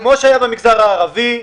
כמו שהיה במגזר הערבי.